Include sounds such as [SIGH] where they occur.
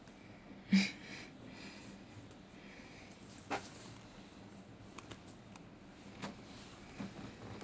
[LAUGHS]